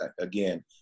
Again